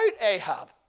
Ahab